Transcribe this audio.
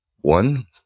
one